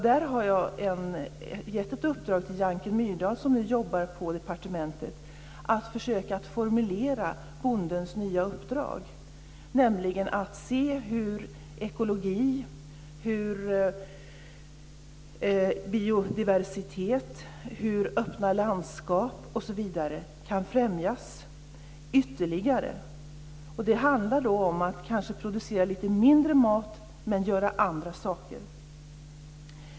Därför har jag gett i uppdrag till Janken Myrdal, som nu jobbar på departementet, att formulera bondens nya uppdrag, nämligen att se hur ekologi, biodiversitet, öppna landskap osv. kan främjas ytterligare. Det handlar då om att kanske producera lite mindre mat men göra andra saker.